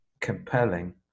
compelling